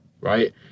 right